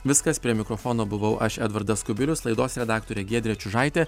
viskas prie mikrofono buvau aš edvardas kubilius laidos redaktorė giedrė čiužaitė